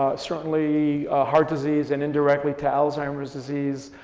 certainly heart disease, and indirectly to alzheimer's disease.